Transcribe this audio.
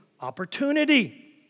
opportunity